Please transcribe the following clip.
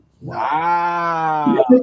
wow